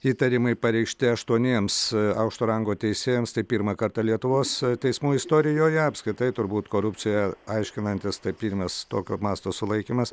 įtarimai pareikšti aštuoniems aukšto rango teisėjams tai pirmą kartą lietuvos teismų istorijoje apskritai turbūt korupcija aiškinantis tai pirmas tokio masto sulaikymas